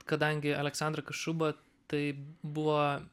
kadangi aleksandra kašuba tai buvo